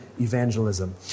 evangelism